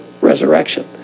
resurrection